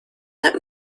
that